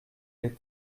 les